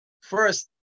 First